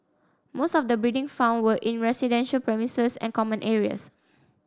most of the breeding found were in residential premises and common areas